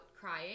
crying